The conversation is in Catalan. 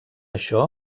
això